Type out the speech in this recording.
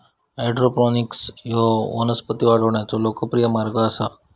hydroponics ह्यो वनस्पती वाढवण्याचो लोकप्रिय मार्ग आसा